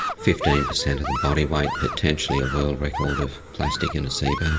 fifteen percent of the bodyweight, potentially a world record of plastic in a seabird.